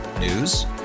News